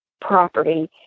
property